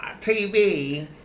TV